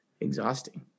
exhausting